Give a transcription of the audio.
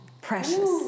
Precious